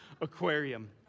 Aquarium